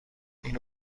این